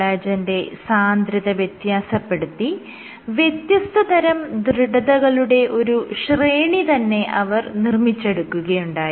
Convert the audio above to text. കൊളാജെന്റെ സാന്ദ്രത വ്യത്യാസപ്പെടുത്തി വ്യത്യസ്തതരം ദൃഢതകളുടെ ഒരു ശ്രേണി തന്നെ അവർ നിർമ്മിച്ചെടുക്കുകയുണ്ടായി